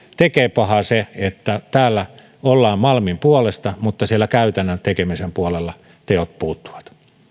tekee pahaa se että täällä ollaan malmin puolesta mutta käytännön tekemisen puolella teot puuttuvat